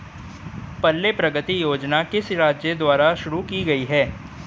पल्ले प्रगति योजना किस राज्य द्वारा शुरू की गई है?